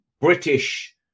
British